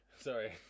Sorry